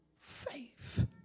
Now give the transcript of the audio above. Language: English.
faith